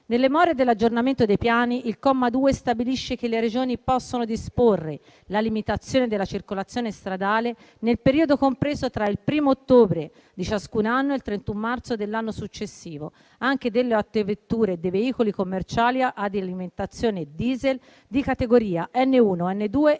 Nelle more dell'aggiornamento dei piani, il comma 2 stabilisce che le Regioni possano disporre la limitazione della circolazione stradale nel periodo compreso tra il 1° ottobre di ciascun anno e il 31 marzo dell'anno successivo, anche delle altre vetture e dei veicoli commerciali ad alimentazione diesel di categoria N1, N2 e N3